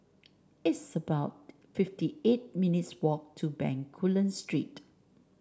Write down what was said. it's about fifty eight minutes' walk to Bencoolen Street